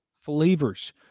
flavors